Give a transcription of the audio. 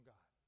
God